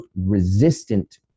resistant